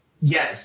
yes